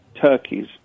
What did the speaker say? turkeys